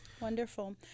Wonderful